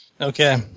Okay